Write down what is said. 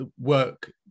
work